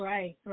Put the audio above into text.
Right